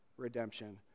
Redemption